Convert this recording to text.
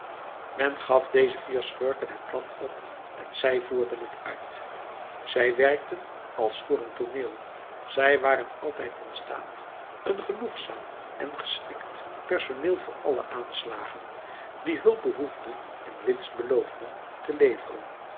men gaf dezen vier schurken het plan op en zij voerden het uit zij werkten als voor een tooneel zij waren altijd in staat een genoegzaam en geschikt personeel voor alle aanslagen die hulp behoefden en winst beloofden te leveren